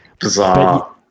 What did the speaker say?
Bizarre